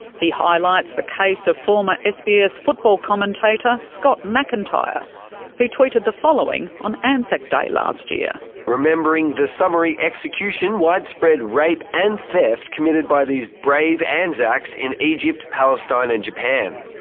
he highlights the case of former sbs football commentator scott mcintyre who tweeted the following on anzac day last year reading remembering the summary execution, widespread rape and theft committed by these brave and anzacs in egypt, palestine and japan.